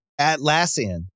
Atlassian